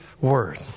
word